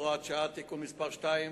הוראת שעה) (תיקון מס' 2),